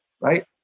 right